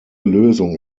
lösung